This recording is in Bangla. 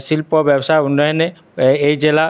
শিল্প ব্যবসা উন্নয়নে এই জেলা